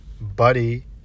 Buddy